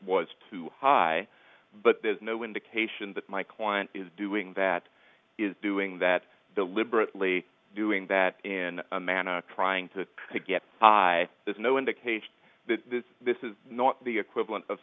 was too high but there's no indication that my client is doing that is doing that deliberately doing that in a manner trying to get high there's no indication that this is not the equivalent of